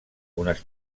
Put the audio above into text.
unes